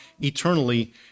eternally